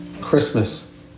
Christmas